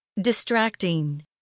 Distracting